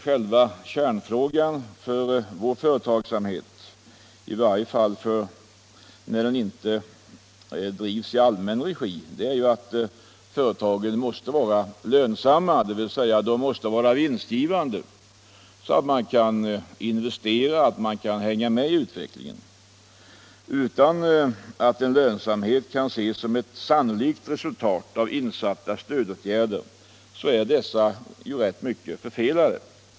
Själva kärnfrågan för vår företagsamhet, i varje fall när den inte drivs i allmän regi, är att företagen måste vara lönsamma, dvs. att de måste vara vinstgivande så att man kan investera och hänga med i utvecklingen. Utan att en lönsamhet kan ses som ett sannolikt resultat av insatta stödåtgärder är dessa i rätt stor utsträckning förfelade.